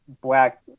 black